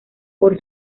por